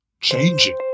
changing